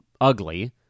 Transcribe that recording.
ugly